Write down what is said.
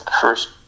first